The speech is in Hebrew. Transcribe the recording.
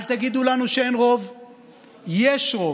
אל תגידו לנו שאין רוב, יש רוב.